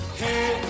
hey